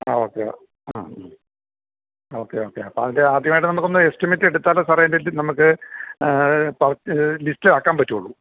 ആ ഓക്കെ ആ മ്മ് ഓക്കെ ഓക്കെ അപ്പം അവർ ആദ്യമായിട്ട് നമുക്കൊന്ന് എസ്റ്റിമേറ്റെടുത്താലെ സാറേ എറ്റേല് നമുക്ക് ഫസ്റ്റ് ലിസ്റ്റാക്കാൻ പറ്റുകയുള്ളു